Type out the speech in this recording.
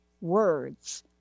words